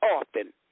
often